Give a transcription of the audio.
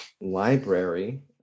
library